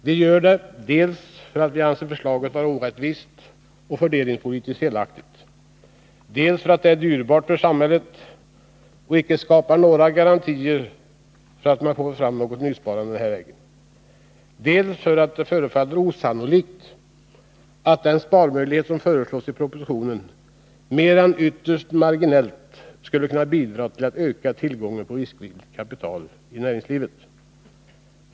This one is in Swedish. Vi gör det dels för att vi anser förslaget vara orättvist och fördelningspolitiskt felaktigt, dels för att det är dyrbart för samhället och icke skapar några garantier för att ett nysparande kommer till stånd, dels därför att det förefaller osannolikt att den sparmöjlighet som föreslås i propositionen mer än ytterst marginellt skulle kunna bidra till att öka tillgången på riskvilligt kapital i näringslivet.